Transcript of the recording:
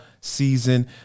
season